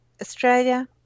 Australia